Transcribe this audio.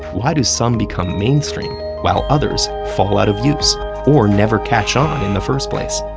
why do some become mainstream while others fall out of use or never catch on in the first place?